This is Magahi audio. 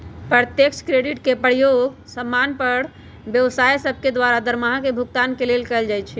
प्रत्यक्ष क्रेडिट के प्रयोग समान्य पर व्यवसाय सभके द्वारा दरमाहा के भुगतान के लेल कएल जाइ छइ